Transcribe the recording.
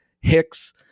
Hicks